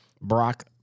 Brock